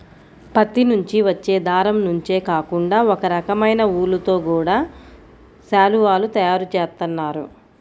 పత్తి నుంచి వచ్చే దారం నుంచే కాకుండా ఒకరకమైన ఊలుతో గూడా శాలువాలు తయారు జేత్తన్నారు